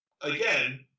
Again